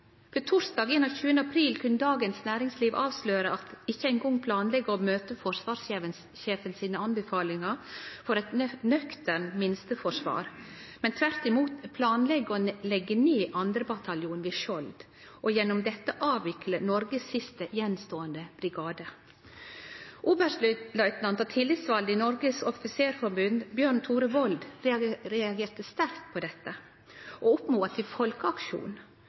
Torsdag 21. april kunne Dagens Næringsliv avsløre at ein ikkje eingong planlegg å møte forsvarssjefen sine anbefalingar for eit nøkternt minsteforsvar, men tvert imot planlegg å leggje ned 2. bataljon ved Skjold og gjennom dette avvikle Noregs siste gjenståande brigade. Oberstløytnant og tillitsvald i Norges Offisersforbund Bjørn Tore Woll reagerte sterkt på dette, og oppmoda til